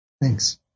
Thanks